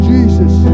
Jesus